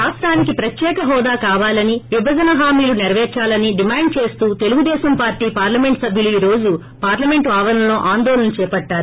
రాష్టానికి ప్రత్యేక హోదా కావాలని విభజన హామీలు నెరవేర్సాలని డిమాండ్ చేస్తూ త్రి తెలుగుదేశం పార్టీ పార్లమెంట్ సభ్యులు ఈ రోజు పార్లమెంట్ ఆవరణలో ఆందోళన చేపట్లారు